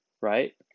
right